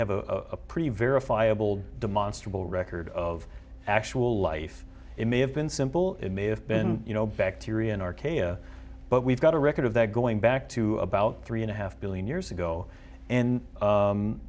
have a pretty verifiable demonstrably record of actual life it may have been simple it may have been you know bacteria in arcadia but we've got a record of that going back to about three and a half billion years ago